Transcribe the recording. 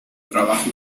trabajó